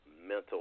mental